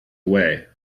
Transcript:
away